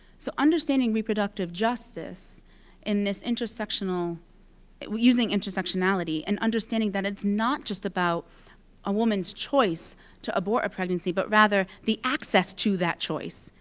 so understanding reproductive justice in this intersectional using intersectionality, and understanding that it's not just about a woman's choice to abort a pregnancy, but rather the access to that choice.